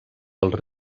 als